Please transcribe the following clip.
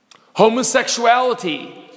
Homosexuality